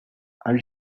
are